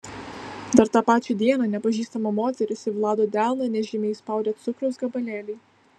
dar tą pačią dieną nepažįstama moteris į vlado delną nežymiai įspaudė cukraus gabalėlį